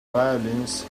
violins